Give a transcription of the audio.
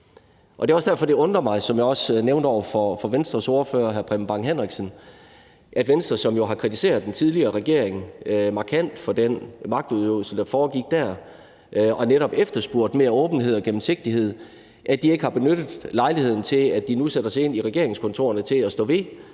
hr. Preben Bang Henriksen, at Venstre, som jo har kritiseret den tidligere regering markant for den magtudøvelse, der foregik der, og netop har efterspurgt mere åbenhed og gennemsigtighed, ikke har benyttet lejligheden, nu de sætter sig ind i regeringskontorerne, til at stå ved